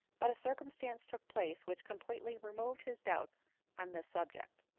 but a circumstance took place which completely removed his doubts on this subject.